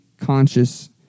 conscious